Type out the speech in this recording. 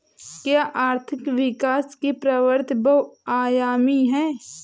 क्या आर्थिक विकास की प्रवृति बहुआयामी है?